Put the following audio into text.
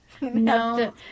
No